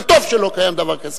וטוב שלא קיים דבר כזה.